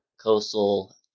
Coastal